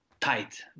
tight